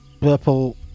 Purple